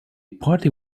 party